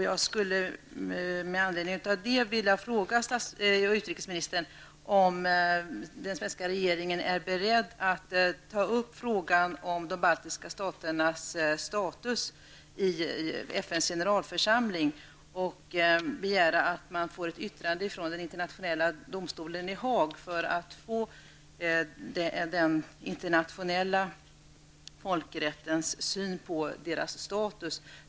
Jag skulle, med anledning av detta, vilja fråga utrikesministern om den svenska regeringen är beredd att ta upp frågan om de baltiska staternas status i FNs generalförsamling och begära att man får ett yttrande från den internationella domstolen i Haag för att få den internationella folkrättens syn på deras status.